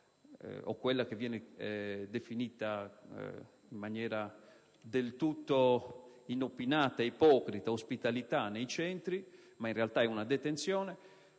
(o quella che viene definita, in maniera del tutto inopinata e ipocrita, ospitalità nei centri, e che in realtà è una detenzione),